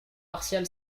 martial